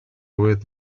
with